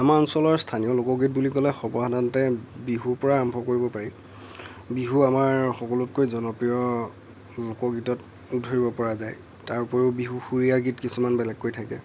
আমাৰ অঞ্চলৰ স্থানীয় লোকগীত বুলি ক'লে সৰ্ব সাধাৰণতে বিহুৰ পৰাই আৰম্ভ কৰিব পাৰি বিহু আমাৰ সকলোতকৈ জনপ্ৰিয় লোকগীতত ধৰিব পৰা যায় তাৰোপৰিও বিহুসুৰীয়া গীত কিছুমান বেলেগকৈ থাকে